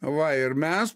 va ir mes